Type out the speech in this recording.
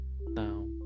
Now